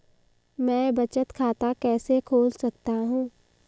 मैं बचत खाता कैसे खोल सकता हूँ?